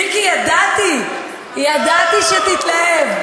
מיקי, ידעתי, ידעתי שתתלהב.